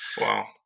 Wow